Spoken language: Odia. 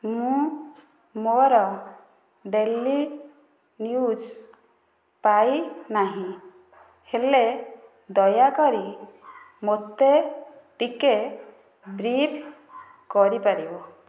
ମୁଁ ମୋର ଡେଲି ନ୍ୟୁଜ୍ ପାଇ ନାହିଁ ହେଲେ ଦୟାକରି ମୋତେ ଟିକେ ବ୍ରିଫ୍ କରିପାରିବ